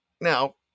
Now